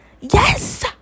Yes